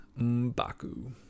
M'Baku